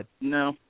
No